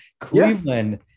Cleveland